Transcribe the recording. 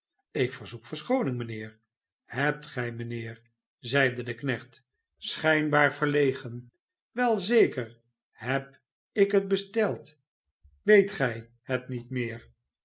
ik verzoek verschooning mijnheer hebt gij mijnheer zeide de knecht schijnbaar verlegen wel zeker heb ik het besteld weet gij het niet meer